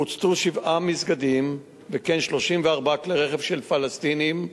הוצתו שבעה מסגדים וכן 34 כלי רכב של פלסטינים,